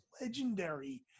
legendary